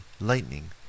lightning